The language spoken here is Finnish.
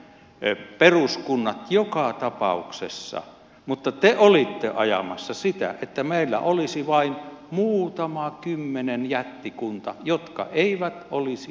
me tarvitsemme peruskunnat joka tapauksessa mutta te olitte ajamassa sitä että meillä olisi vain muutama kymmenen jättikuntaa jotka eivät olisi enää kuntia